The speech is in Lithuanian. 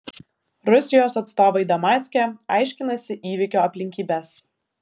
rusijos atstovai damaske aiškinasi įvykio aplinkybes